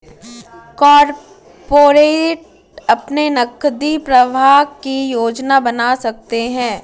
corporate अपने नकदी प्रवाह की योजना बना सकते हैं